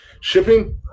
shipping